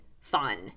fun